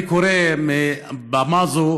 אני קורא מבמה זו